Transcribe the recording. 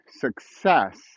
success